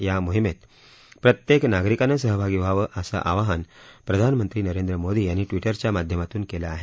या मोहिमेत प्रत्येक नागरिकाने सहभागी व्हावं असं आवाहन प्रधानमंत्री नरेंद्र मोदी यांनी ट्विटरच्या माध्यमातून केलं आहे